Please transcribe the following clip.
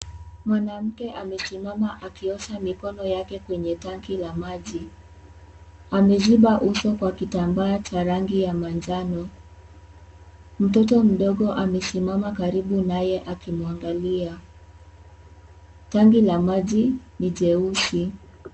Mwanamke amesimama akiosha mikono yake kwenye tangi ya maji. Ameziba uso kwa kitambaa cha rangi ya majano. Mtoto amesimama karibu naye akimwangalia. Tangi la maji ni jeusi.